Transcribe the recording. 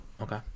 Okay